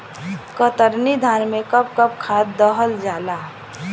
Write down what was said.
कतरनी धान में कब कब खाद दहल जाई?